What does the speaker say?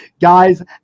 Guys